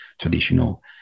traditional